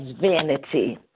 vanity